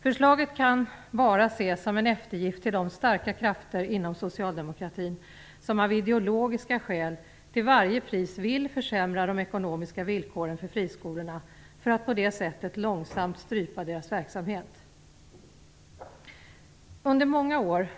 Förslaget kan bara ses som en eftergift till de starka krafter inom socialdemokratin som av ideologiska skäl till varje pris vill försämra de ekonomiska villkoren för friskolorna för att på det sättet långsamt strypa deras verksamhet.